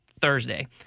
Thursday